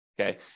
Okay